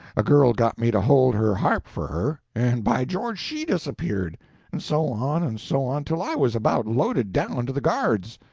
a girl got me to hold her harp for her, and by george, she disappeared and so on and so on, till i was about loaded down to the guards.